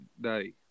day